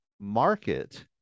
market